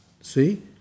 See